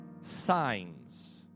signs